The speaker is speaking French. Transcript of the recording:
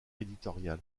éditorial